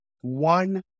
one